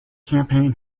campaign